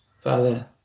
Father